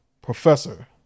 Professor